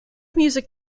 music